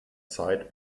zeit